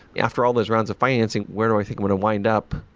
after all those rounds of financing, where do i think would it wind up?